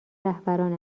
رهبران